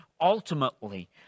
ultimately